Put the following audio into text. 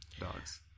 dogs